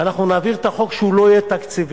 ואנחנו נעביר את החוק שהוא לא יהיה תקציבי.